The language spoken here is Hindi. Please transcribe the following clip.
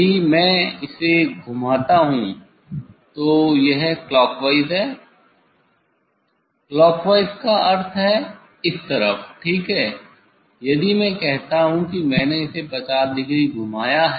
यदि मैं इसे घूमता हूं तो यह क्लॉकवाइज है क्लॉकवाइज़ का अर्थ इस तरफ ठीक है यदि मैं कहता हूं कि मैंने इसे 50 डिग्री घुमाया है